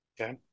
Okay